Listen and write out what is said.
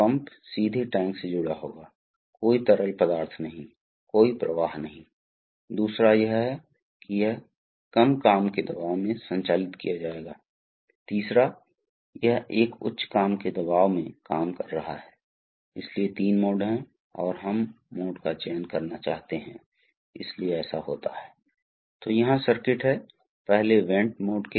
जब तक पुर्जे कसकर फिट नहीं होंगे तब तक तरल पदार्थ पूरे स्थान पर लीक होने वाला है इसलिए इसमें घर्षण की मात्रा होती है जिसकी संभावना है और यह गर्मी पैदा करने वाला बहुत सारी समस्याएं पैदा करने वाला है यह ऊर्जा को बेकार कर रहा है और यह भागों को नुकसान पहुंचाने वाला है